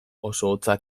hotzak